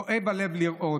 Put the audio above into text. כואב הלב לראות.